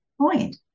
point